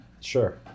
Sure